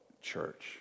church